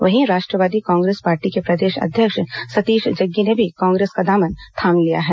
वहीं राष्ट्रवादी कांग्रेस पार्टी के प्रदेश अध्यक्ष सतीश जग्गी ने भी कांग्रेस का दामन थाम लिया है